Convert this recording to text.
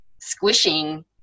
squishing